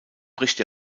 bricht